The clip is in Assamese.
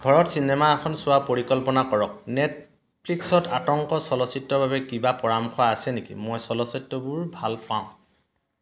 ঘৰত চিনেমা এখন চোৱাৰ পৰিকল্পনা কৰক নেটফ্লিক্সত আতংক চলচ্চিত্ৰৰ বাবে কিবা পৰামৰ্শ আছে নেকি মই চলচ্চিত্ৰবোৰ ভাল পাওঁ